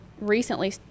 recently